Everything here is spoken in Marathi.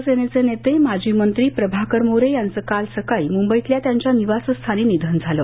निधन शिवसेनेचे नेते माजी मंत्री प्रभाकर मोरे यांचं काल सकाळी मुंबईतल्या त्यांच्या निवासस्थानी निधन झालं